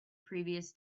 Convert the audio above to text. previous